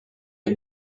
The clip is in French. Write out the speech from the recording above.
est